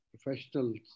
professionals